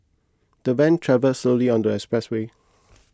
the van travelled slowly on the expressway